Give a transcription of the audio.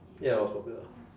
ya I was popular